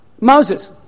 Moses